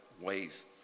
ways